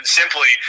simply